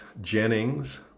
Jennings